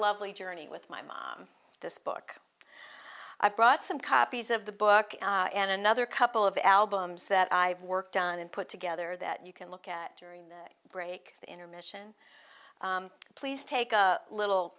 lovely journey with my mom this book i've brought some copies of the book and another couple of albums that i've worked on and put together that you can look at during the break the intermission please take a little